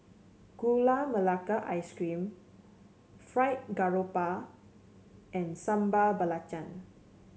Gula Melaka Ice Cream Fried Garoupa and Sambal Belacan